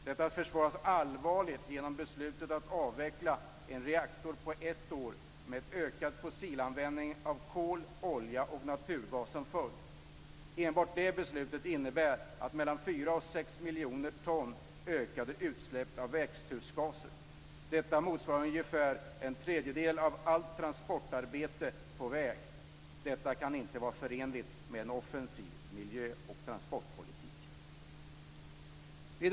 Detta försvåras allvarligt genom beslutet att avveckla en reaktor på ett år med ökad fossilanvändning av kol, olja och naturgas som följd. Enbart det beslutet innebär mellan 4 och 6 miljoner ton ökade utsläpp av växthusgaser. Detta motsvarar ungefär en tredjedel av allt transportarbete på väg. Detta kan inte vara förenligt med en offensiv miljö och transportpolitik.